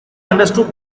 understood